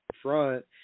front